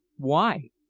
why?